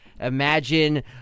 Imagine